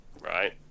right